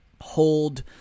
hold